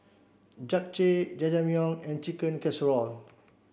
Japchae Jajangmyeon and Chicken Casserole